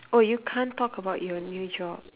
oh you can't talk about your new job